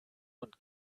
und